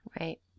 Right